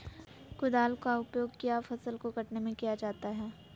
कुदाल का उपयोग किया फसल को कटने में किया जाता हैं?